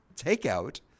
takeout